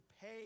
pay